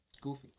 goofy